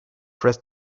press